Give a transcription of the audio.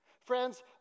Friends